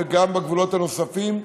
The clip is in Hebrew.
וגם בגבולות הנוספים.